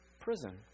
prison